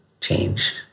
change